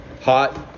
hot